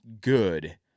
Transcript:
good